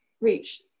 Reach